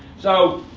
so